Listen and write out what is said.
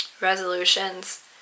resolutions